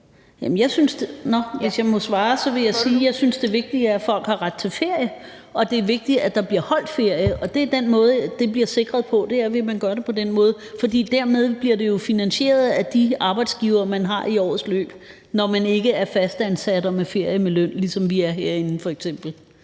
sige, at jeg synes, det er vigtigt, at folk har ret til ferie, og at det er vigtigt, at der bliver holdt ferie, og den måde, det bliver sikret på, er, ved at man gør det på den måde, for dermed bliver det jo finansieret af de arbejdsgivere, man har i årets løb, når man ikke er fastansat og har ferie med løn, ligesom vi er herinde f.eks. Kl.